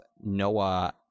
Noah